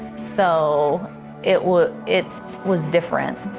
so it was it was different,